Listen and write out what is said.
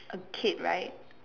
a kid right